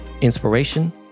inspiration